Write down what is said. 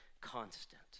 Constant